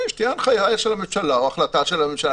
שתהיה הנחיה או החלטה של הממשלה.